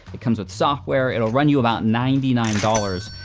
it comes with software. it will run you about ninety nine dollars.